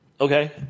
Okay